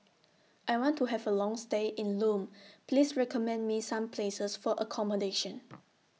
I want to Have A Long stay in Lome Please recommend Me Some Places For accommodation